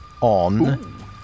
on